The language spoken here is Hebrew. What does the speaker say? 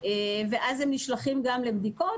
ואז הם נשלחים גם לבדיקות,